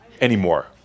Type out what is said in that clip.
anymore